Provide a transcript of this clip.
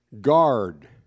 Guard